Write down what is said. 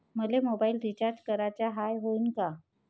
मले mobile recharge कराचा हाय, होईनं का?